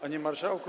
Panie Marszałku!